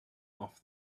off